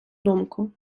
думку